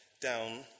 down